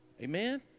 Amen